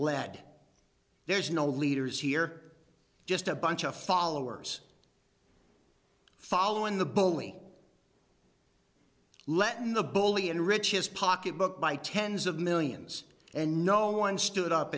led there's no leaders here just a bunch of followers following the bully let me the bully in rich's pocket book by tens of millions and no one stood up